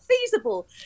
feasible